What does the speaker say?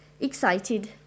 excited